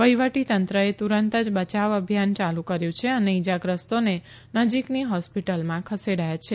વહીવટીતંત્રએ તુરંત જ બયાવ અભિયાન યાલુ કર્યુ છે અને ઇજાગ્રસ્તોને નજીકની હોસ્પિટલમાં ખસેડાયા છે